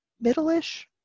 Middle-ish